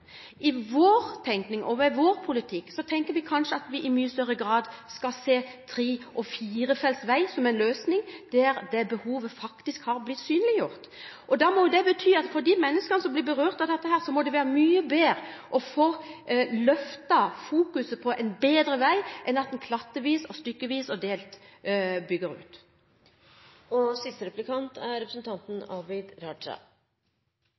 I vår tenkning og i vår politikk vil vi kanskje i mye større grad se tre- og firefelts veier som en løsning der behovet for det faktisk har blitt synliggjort. For de menneskene som blir berørt av dette, må det være mye bedre å få løftet fokuset på en bedre vei enn at en klattvis, stykkevis og delt, bygger ut. De siste årene har det skjedd en ganske stor revolusjon på veiene. De tidlige elbilene Think og